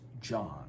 John